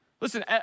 Listen